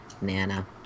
Nana